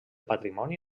patrimoni